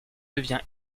devient